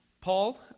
Paul